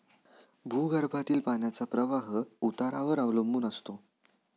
भूगर्भातील पाण्याचा प्रवाह उतारावर अवलंबून असतो